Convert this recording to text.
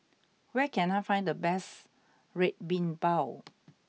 where can I find the best Red Bean Bao